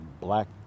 black